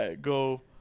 go